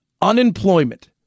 unemployment